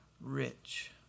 rich